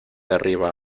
arriba